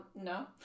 No